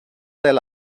tel